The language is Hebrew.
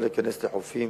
לא להיכנס לחופים